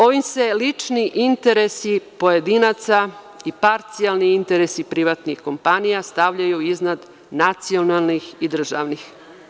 Ovim se lični interesi pojedinaca i parcijalni interesi prihvatnih kompanija stavljaju iznad nacionalnih i državnih.